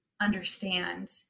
understand